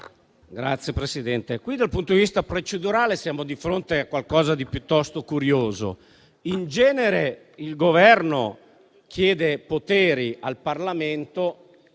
Signora Presidente, dal punto di vista procedurale qui siamo di fronte a qualcosa di piuttosto curioso. In genere il Governo chiede poteri al Parlamento